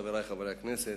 חברי חברי הכנסת,